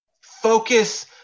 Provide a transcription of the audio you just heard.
Focus